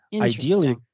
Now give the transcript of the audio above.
Ideally